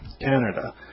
canada